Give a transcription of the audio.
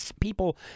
people